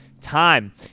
time